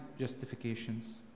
justifications